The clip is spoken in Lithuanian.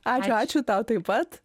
ačiū ačiū tau taip pat